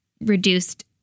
reduced